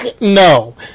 no